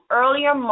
earlier